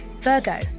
Virgo